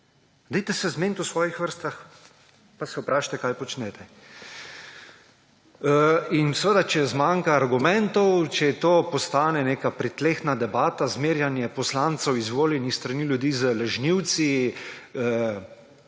Dajte se zmeniti v svojih vrstah, pa se vprašajte, kaj počnete. Če zmanjka argumentov, če to postane neka pritlehna debata, zmerjanje poslancev, izvoljenih s strani ljudi, z lažnivci,